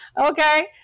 Okay